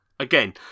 Again